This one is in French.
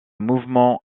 mouvements